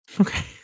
Okay